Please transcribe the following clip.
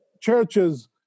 churches